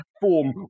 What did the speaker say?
form